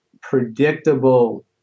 predictable